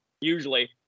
usually